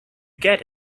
get